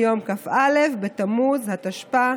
ביום כ"א בתמוז התשפ"א,